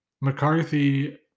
McCarthy